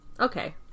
Okay